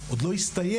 עוד לא הסתיים,